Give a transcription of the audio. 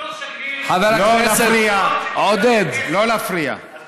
בתור שגריר הוא עשה הרצאות וקיבל עליהן כסף,